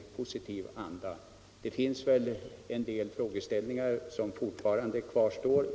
Det finns väl en del frågeställningar som fortfarande kvarstår.